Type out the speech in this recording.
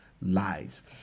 lies